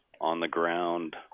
on-the-ground